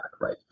right